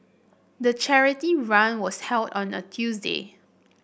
the charity run was held on a Tuesday